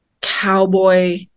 cowboy